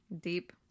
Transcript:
deep